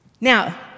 Now